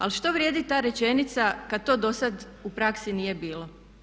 Ali što vrijedi ta rečenica kad to do sad u praksi nije bilo.